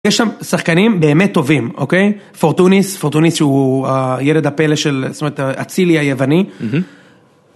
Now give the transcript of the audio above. יש שם שחקנים באמת טובים, אוקיי? פורטוניס, פורטוניס שהוא הילד הפלא של, זאת אומרת, אצילי היווני.